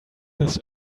his